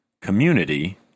community